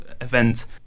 event